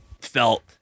felt